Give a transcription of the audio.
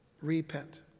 Repent